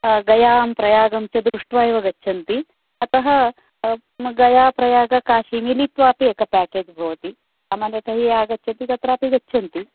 गयां प्रयागं च दृष्ट्वा एव गच्छन्ति अतः गया प्रयाग काशीं मिलित्वा अपि एकः पैकेज् भवति सामान्यतया आगच्छति तत्रापि गच्छन्ति